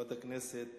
חברת הכנסת